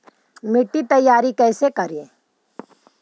मिट्टी तैयारी कैसे करें?